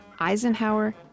Eisenhower